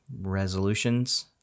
resolutions